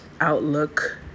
outlook